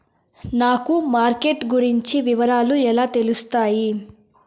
నాకు మార్కెట్ గురించి వివరాలు ఎలా తెలుస్తాయి?